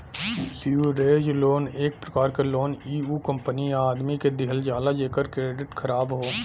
leverage loan एक प्रकार क लोन इ उ कंपनी या आदमी के दिहल जाला जेकर क्रेडिट ख़राब हौ